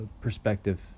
perspective